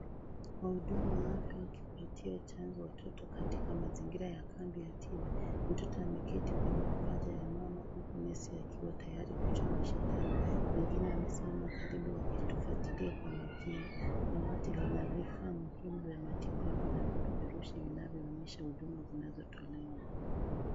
Wahudumu wa afya wakimpatia chanjo watoto katika mazingira ya kambi ya tiba. Mtoto ameketi kwenye mapacha ya mama huku nesi akiwa tayari kumchoma sindano. Wengine wamesimama karibu wakifuatilia kwa makini. Dawati vina vifaa muhimu vya matibabu na vipeperushi vinavyoonyesha Huduma zinazotolewa.